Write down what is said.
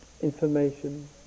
information